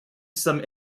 some